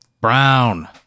Brown